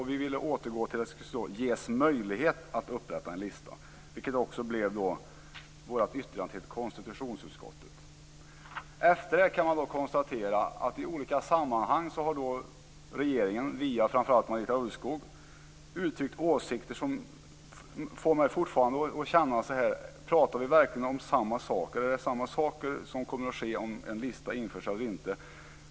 Vi ville återgå till skrivningen "ges möjlighet att upprätta en lista", vilket också blev vårt yttrande till konstitutionsutskottet. Efter detta har regeringen i olika sammanhang via framför allt Marita Ulvskog uttryckt åsikter som fortfarande får mig att undra: Pratar vi verkligen om samma saker? Kommer samma saker att inträffa om det införs en lista eller inte?